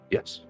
Yes